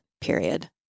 period